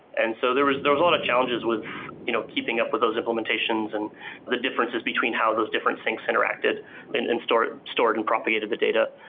and so there was a lot of challenges with you know keeping up with those implementations and the differences between how those different syncs interacted and and stored stored and propagated the data.